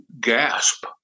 gasp